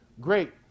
Great